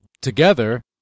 together